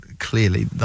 clearly